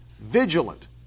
vigilant